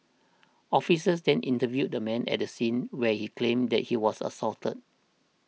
officers then interviewed the man at the scene where he claimed that he was assaulted